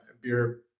beer